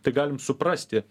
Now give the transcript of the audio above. tai galim suprasti